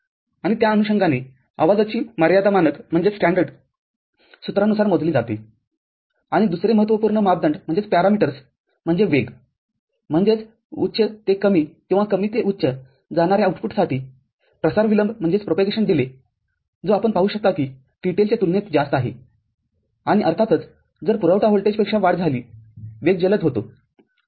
आणि त्या अनुषंगाने आवाजाची मर्यादा मानक सूत्रानुसार मोजली जाते आणि दुसरे महत्त्वपूर्ण मापदंड म्हणजे वेग म्हणजेच उच्चते कमीकिंवा कमी ते उच्च जाणाऱ्या आउटपुटसाठी प्रसार विलंबजो आपण पाहू शकता कि TTL च्या तुलनेत जास्त आहे आणि अर्थातचजर पुरवठा व्होल्टेजमध्ये वाढ झालीवेग जलद होतो ठीक आहे